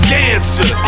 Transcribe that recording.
dancer